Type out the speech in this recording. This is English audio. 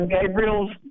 gabriel's